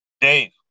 Dave